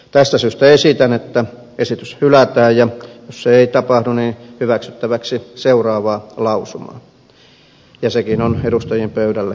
tästä syystä esitän että esitys hylätään ja jos se ei tapahdu esitän hyväksyttäväksi seuraavaa lausumaa ja sekin on edustajien pöydälle jaettu